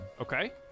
okay